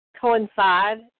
Coincide